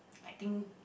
I think